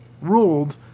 ruled